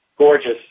gorgeous